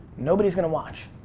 nobody's gonna watch.